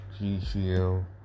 GCL